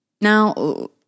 Now